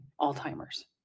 Alzheimer's